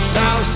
now